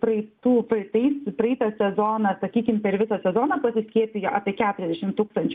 praeitų praeitais praeitą sezoną sakykim per visą sezoną pasiskiepijo apie keturiasdešim tūkstančių